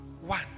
One